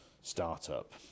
startup